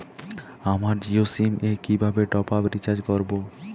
আমার জিও সিম এ কিভাবে টপ আপ রিচার্জ করবো?